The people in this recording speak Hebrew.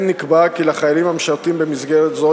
כן נקבע כי לחיילים המשרתים במסגרת זו